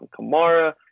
kamara